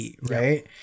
right